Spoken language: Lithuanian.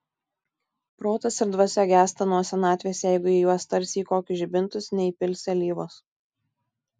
protas ir dvasia gęsta nuo senatvės jeigu į juos tarsi į kokius žibintus neįpilsi alyvos